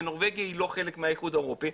ונורבגיה היא לא חלק מהאיחוד האירופי,